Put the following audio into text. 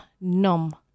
num